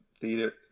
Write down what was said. theater